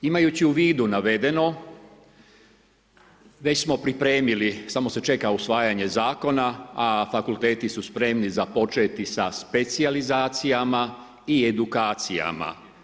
Imajući u vidu navedeno, već smo pripremili, samo se čeka usvajanje zakona, a fakulteti su spremni započeti sa specijalizacijama i edukacijama.